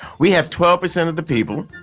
we have twelve percent of the people.